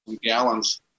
gallons